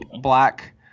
black